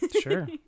Sure